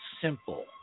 simple